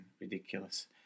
ridiculous